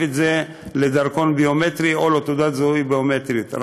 לדרכון ביומטרי או לתעודת זהות ביומטרית.